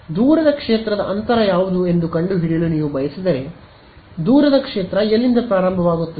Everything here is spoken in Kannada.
ದೂರದ ಕ್ಷೇತ್ರದ ಅಂತರ ಯಾವುದು ಎಂದು ಕಂಡುಹಿಡಿಯಲು ನೀವು ಬಯಸಿದರೆ ದೂರದ ಕ್ಷೇತ್ರ ಎಲ್ಲಿಂದ ಪ್ರಾರಂಭವಾಗುತ್ತದೆ